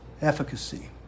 efficacy